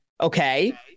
okay